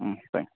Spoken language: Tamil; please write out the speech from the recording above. ம் தேங்க்ஸ்